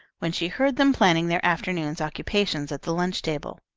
when she heard them planning their afternoon's occupations at the lunch-table.